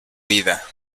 vida